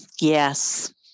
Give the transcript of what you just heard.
yes